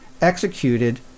executed